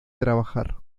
trabajar